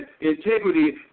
integrity